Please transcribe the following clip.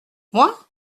moi